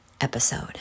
episode